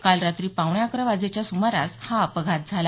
काल रात्री पावणे अकरा वाजेच्या सुमारास हा अपघात झाला